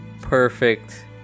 perfect